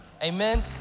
Amen